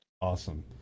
awesome